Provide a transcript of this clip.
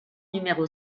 numéro